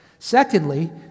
Secondly